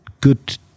good